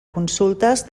consultes